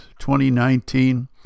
2019